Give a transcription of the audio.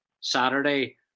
Saturday